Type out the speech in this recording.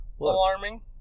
alarming